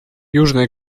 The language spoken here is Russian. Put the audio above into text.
южная